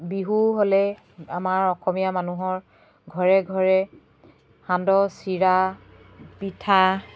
বিহু হ'লে আমাৰ অসমীয়া মানুহৰ ঘৰে ঘৰে সান্দহ চিৰা পিঠা